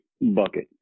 bucket